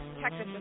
Texas